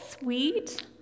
sweet